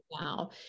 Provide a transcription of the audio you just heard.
now